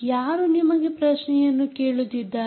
ಯಾರು ನಿಮಗೆ ಪ್ರಶ್ನೆಯನ್ನು ಕೇಳುತ್ತಿದ್ದಾರೆ